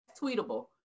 Tweetable